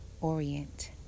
Orient